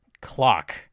clock